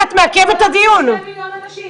את מעכבת את הדיון.